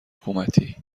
حکومتی